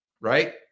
right